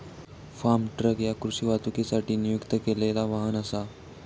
form truck ह्या कृषी वाहतुकीसाठी नियुक्त केलेला वाहन असा